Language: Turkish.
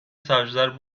savcılar